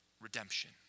Redemption